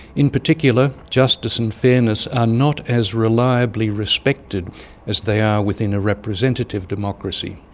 in particular, justice and fairness are not as reliably respected as they are within a representative democracy.